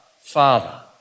Father